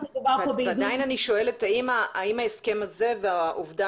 עדיין אני שואלת האם ההסכם הזה והעובדה